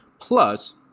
plus